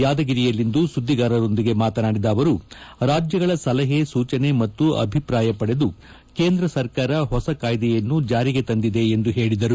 ಯಾದಗಿರಿಯಲ್ಲಿಂದು ಸುದ್ದಿಗಾರರೊಂದಿಗೆ ಮಾತನಾಡಿದ ಅವರು ರಾಜ್ಬಗಳ ಸಲಹೆ ಸೂಜನೆ ಮತ್ತು ಅಭಿಪ್ರಾಯ ಪಡೆದು ಕೇಂದ್ರ ಸರ್ಕಾರ ಹೊಸ ಕಾಯ್ದೆಯನ್ನು ಜಾರಿಗೆ ತಂದಿದೆ ಎಂದು ಹೇಳಿದರು